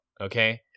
okay